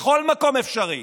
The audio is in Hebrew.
בכל מקום אפשרי,